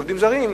של עובדים זרים,